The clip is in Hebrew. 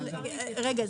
רגע,